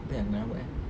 apa aku punya rambut eh